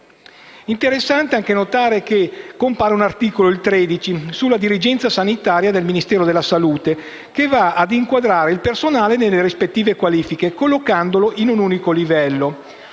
Interessante anche notare che compare un articolo (articolo 13) sulla dirigenza sanitaria del Ministero della salute, che va ad inquadrare il personale nelle rispettive qualifiche, collocandolo in un unico livello.